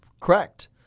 correct